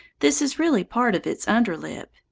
this is really part of its under-lip.